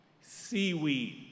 Seaweed